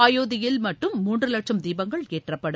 அயோத்தியில் மட்டும் மூன்றுலட்சம் தீபங்கள் ஏற்றப்படும்